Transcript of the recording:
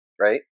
right